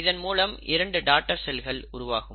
இதன்மூலம் இரண்டு டாடர் செல்கள் உருவாகும்